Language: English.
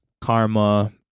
karma